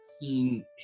seen